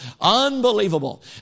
Unbelievable